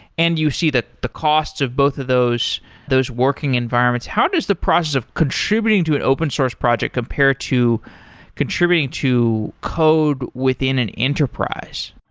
and you see that the costs of both of those those working environments. how does the process of contributing to an open-source project compare to contributing to code within an enterprise?